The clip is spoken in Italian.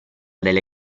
delle